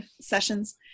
sessions